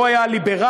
והוא היה ליברל,